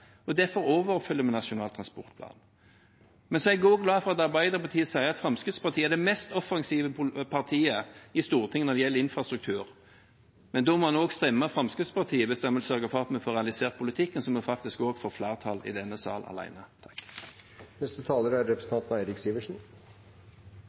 og derfor overoppfyller vi Nasjonal transportplan. Jeg er også glad for at Arbeiderpartiet sier at Fremskrittspartiet er det mest offensive partiet i Stortinget når det gjelder infrastruktur. Men da må en også stemme Fremskrittspartiet hvis en vil sørge for at vi får realisert politikken, så vi får flertall i denne